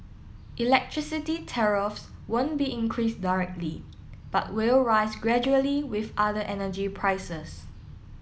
electricity tariffs won't be increased directly but will rise gradually with other energy prices